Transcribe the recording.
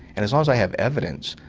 and as long as i have evidence,